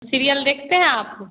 serial देखते हैं आप